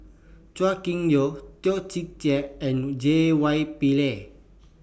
Chua Kim Yeow Toh Chin Chye and J Y Pillay